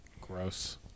Gross